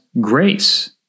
grace